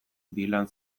dylan